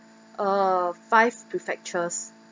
uh five prefectures